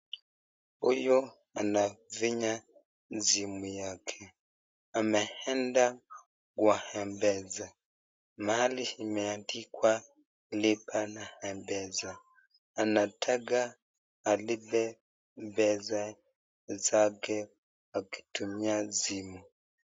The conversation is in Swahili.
Huyu anafinya simu yake ameenda kwa mpesa , mahali imeadikwa lipa na mpesa , anataka alipe pesa zake akitumia simu.